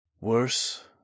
Worse